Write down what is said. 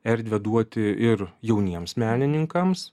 erdvę duoti ir jauniems menininkams